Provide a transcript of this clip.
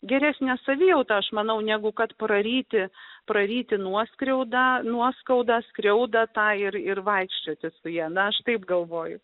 geresnę savijautą aš manau negu kad praryti praryti nuoskriaudą nuoskauda skriauda tai ir ir vaikščioti su ja na aš taip galvoju